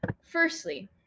firstly